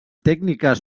tècniques